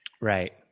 Right